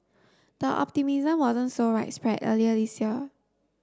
the optimism wasn't so widespread earlier this year